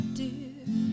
dear